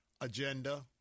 agenda